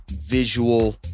visual